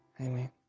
amen